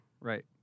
Right